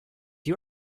you